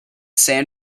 san